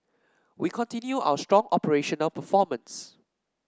we continue our strong operational performance